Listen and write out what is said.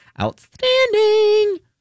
outstanding